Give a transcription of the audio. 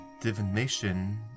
divination